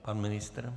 Pan ministr?